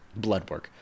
Bloodwork